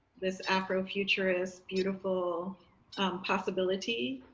this afrofuturist, beautiful possibility,